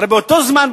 הרי באותו זמן,